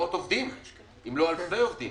אלפי עובדים